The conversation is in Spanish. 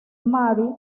mary